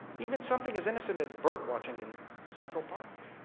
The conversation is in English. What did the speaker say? even something as innocent as bird watching in central park